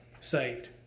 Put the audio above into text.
saved